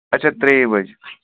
اچھا ترٛیٚیہِ بجہِ